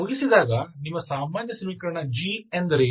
ನೀವು ಮುಗಿಸಿದಾಗ ನಿಮ್ಮ ಸಾಮಾನ್ಯ ಸಮೀಕರಣ G ಎಂದರೇನು